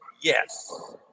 Yes